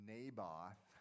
Naboth